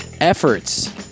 efforts